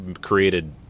created